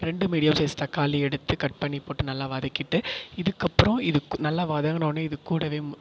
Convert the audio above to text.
ரெண்டு medium size தக்காளி எடுத்து கட் பண்ணி போட்டு நல்லா வதக்கிவிட்டு இதுக்கப்புறம் இது நல்லா வதங்குனோனே இதுகூடவே